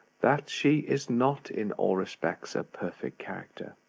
that she is not in all respects a perfect character.